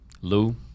Lou